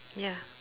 ya